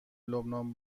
لبنان